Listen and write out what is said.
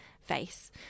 face